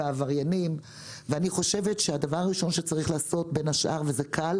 אני חושבת שהדבר הראשון שצריך לעשות וזה קל